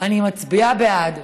אני מצביעה בעד.